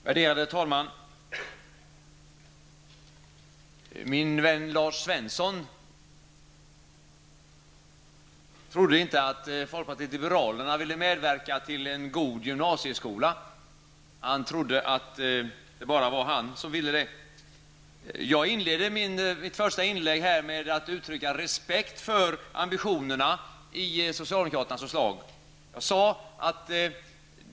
Värderade talman! Min vän Lars Svensson trodde inte att folkpartiet liberalerna ville medverka till en god gymnasieskola. Han tror tydligen att det bara är han som vill det. Jag inledde mitt första inlägg med att uttrycka respekt för ambitionerna i socialdemokraternas förslag.